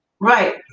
Right